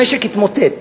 המשק יתמוטט.